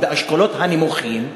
באשכולות הנמוכים,